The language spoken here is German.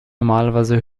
normalerweise